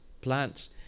plants